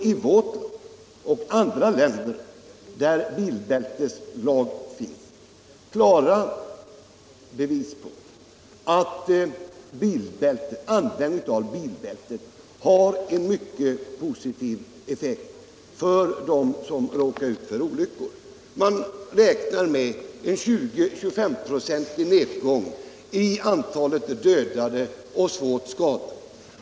I vårt land och i andra länder, där bilbälteslag finns, har man klara bevis för att användning av bilbälte har en mycket positiv effekt för = Vissa föreskrifter dem som råkar ut för olyckor. Man räknar med en 20 eller 25-procentig — för mopedister, nedgång i antalet dödade och svårt skadade.